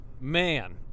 Man